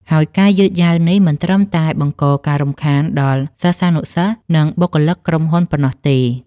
ហើយការយឺតយ៉ាវនេះមិនត្រឹមតែបង្កការរំខានដល់សិស្សានុសិស្ស និងបុគ្គលិកក្រុមហ៊ុនប៉ុណ្ណោះទេ។